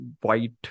white